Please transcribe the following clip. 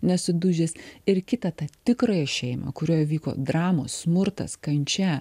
nesudužęs ir kitą tą tikrąją šeimą kurioj vyko dramos smurtas kančia